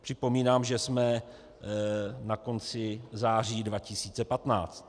Připomínám, že jsme na konci září 2015.